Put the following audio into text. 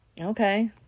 Okay